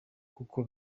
kuko